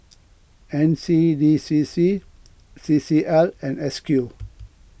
N C D C C C C L and S Q